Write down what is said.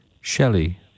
Shelley